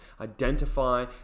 Identify